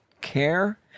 care